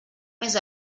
més